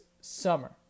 summer